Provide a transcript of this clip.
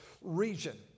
region